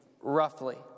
roughly